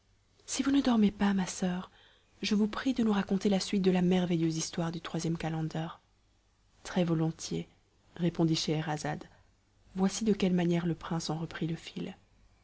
si vous ne dormez pas ma soeur je vous prie de nous raconter la suite de la merveilleuse histoire du troisième calender très-volontiers répondit scheherazade voici de quelle manière le prince en reprit le fil